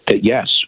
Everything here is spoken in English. yes